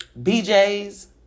BJ's